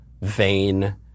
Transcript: vain